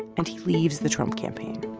and he leaves the trump campaign.